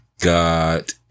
got